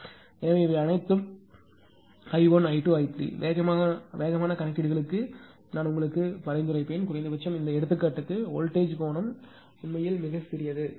எனவே இவை அனைத்தும் I1 I2 I3 வேகமான கணக்கீடுகளுக்கு நான் உங்களுக்கு பரிந்துரைப்பேன் குறைந்தபட்சம் இந்த எடுத்துக்காட்டுக்கு வோல்டேஜ் கோணம் உண்மையில் மிகச் சிறியது